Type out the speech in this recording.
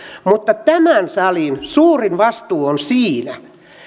mutta tämän salin suurin vastuu on siinä